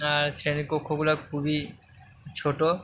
আর শ্রেণীকক্ষগুলো খুবই ছোটো